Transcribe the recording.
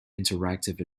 interactive